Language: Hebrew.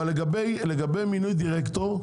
אבל לגבי מינוי דירקטור,